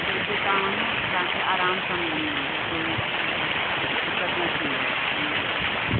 बिल्कुलु तव्हां वञो तव्हां खे आराम सां मिली वेंदो कोई मतिलबु दिक़त न थींदव इन जॻहि ते